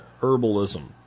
herbalism